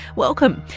welcome.